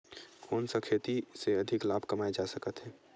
कोन सा खेती से अधिक लाभ कमाय जा सकत हे?